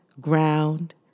ground